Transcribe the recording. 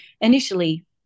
initially